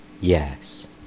Yes